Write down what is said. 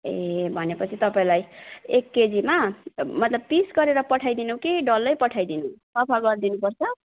ए भनेपछि तपाईँलाई एक केजीमा मतलब पिस गरेर पठाइदिनु कि डल्लै पठाइदिनु सफा गरिदिनुपर्छ